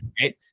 right